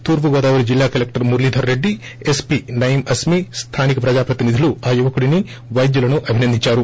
తూర్పు గోదావరి జిల్లా collector Muralidhar Reddy SP నయీంఅస్కి స్లానిక ప్రజాప్రతినిధులు ఆ యువకుడిని వైద్యులను అభినందించారు